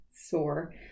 Sore